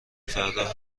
فردا